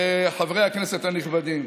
חברי הכנסת הנכבדים,